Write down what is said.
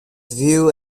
few